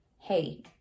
hey